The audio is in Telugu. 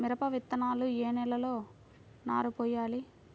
మిరప విత్తనాలు ఏ నెలలో నారు పోయాలి?